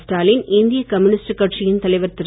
ஸ்டாலின் இந்திய கம்யூனிஸ்டு கட்சியின் தலைவர் திரு